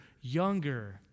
younger